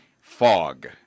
fog